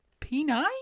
peni